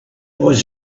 was